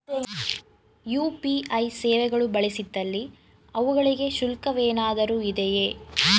UPI ಸೇವೆಗಳು ಬಳಸಿದಲ್ಲಿ ಅವುಗಳಿಗೆ ಶುಲ್ಕವೇನಾದರೂ ಇದೆಯೇ?